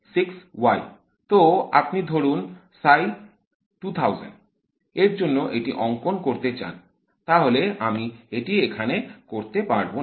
তো যদি আপনি ধরুন এর জন্য একটি অঙ্কন করতে চান তাহলে আমি এটি এখানে করতে পারবনা